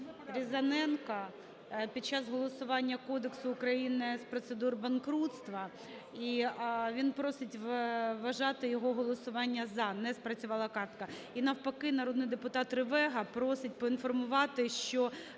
Різаненка під час голосування Кодексу України з процедур банкрутства. І він просить вважати його голосування "за". Не спрацювала картка. І навпаки, народний депутат Ревега просить поінформувати, що